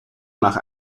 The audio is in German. nach